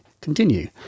continue